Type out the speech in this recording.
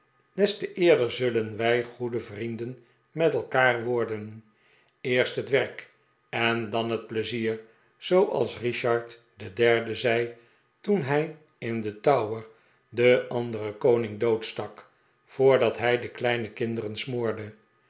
des te eerder zullen wij goede vrienden met elkaar worden eerst het werk en dan het pleizier zooals richard de derde zei toen hij in den tower den anderen koning doodstak voordat hij de kleine kinderen smoorde